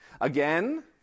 Again